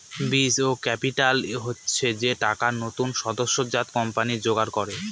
বীজ ক্যাপিটাল হচ্ছে যে টাকা নতুন সদ্যোজাত কোম্পানি জোগাড় করে